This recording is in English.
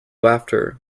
laughter